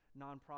nonprofit